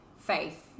faith